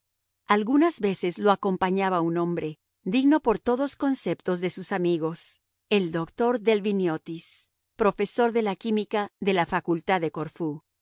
algunas veces lo acompañaba un hombre digno por todos conceptos de sus amigos el doctor delviniotis profesor de química de la facultad de corfú